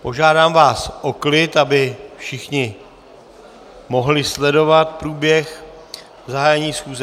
Požádám vás o klid, aby všichni mohli sledovat průběh zahájení schůze.